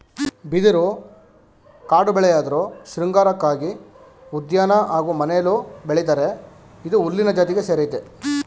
ಬಿದಿರು ಕಾಡುಬೆಳೆಯಾಧ್ರು ಶೃಂಗಾರಕ್ಕಾಗಿ ಉದ್ಯಾನ ಹಾಗೂ ಮನೆಲೂ ಬೆಳಿತರೆ ಇದು ಹುಲ್ಲಿನ ಜಾತಿಗೆ ಸೇರಯ್ತೆ